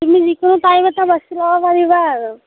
তুমি যিকোনো টাইমতে বাচি ল'ব পাৰিবা আৰু